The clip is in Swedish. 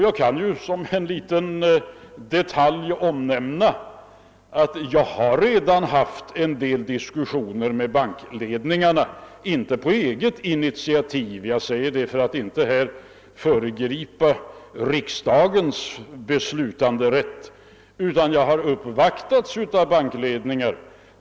Jag kan som en liten detalj nämna att jag redan har haft en del diskussioner med bankledningarna, inte på eget initiativ — jag säger det för att inte här föregripa riksdagens beslutanderätt — utan jag har uppvaktats av bankledningar.